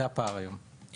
זה הפער היום.